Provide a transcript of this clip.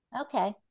Okay